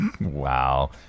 Wow